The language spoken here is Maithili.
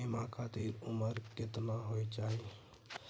बीमा खातिर उमर केतना होय चाही?